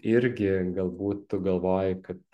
irgi galbūt tu galvoji kad